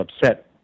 upset